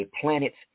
planet's